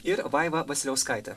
ir vaiva vasiliauskaitė